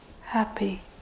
happy